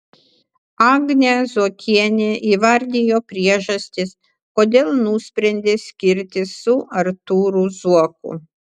agnė zuokienė įvardijo priežastis kodėl nusprendė skirtis su artūru zuoku